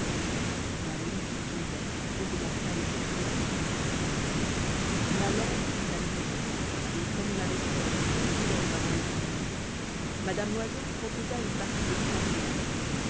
la nuit qui tombait augmenta les appréhensions la lampe fut allumée et comme on avait encore deux heures avant le dîner mme loiseau proposa une partie de trente et un